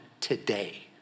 today